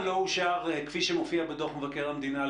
כפי שמופיע בדוח מבקר המדינה,